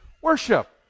Worship